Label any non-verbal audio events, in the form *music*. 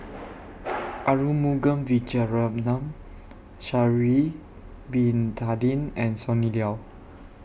*noise* Arumugam Vijiaratnam Sha'Ari Bin Tadin and Sonny Liew